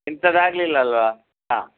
ಇಂಥದ್ ಆಗಲಿಲ್ಲಲ್ಲ ಹಾಂ